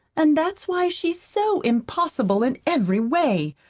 and that's why she's so impossible in every way.